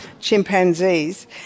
chimpanzees